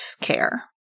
care